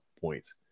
points